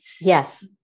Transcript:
Yes